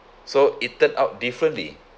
so it turned out differently